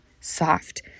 soft